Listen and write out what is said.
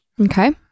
Okay